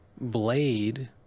Blade